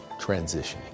transitioning